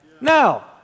Now